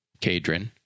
Cadron